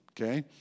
Okay